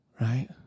right